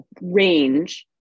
range